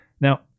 Now